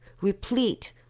replete